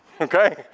okay